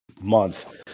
month